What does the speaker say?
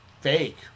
fake